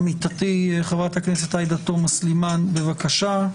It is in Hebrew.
עמיתתי, חה"כ עאידה תומא סלימאן, בבקשה.